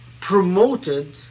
promoted